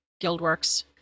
GuildWorks